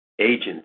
agents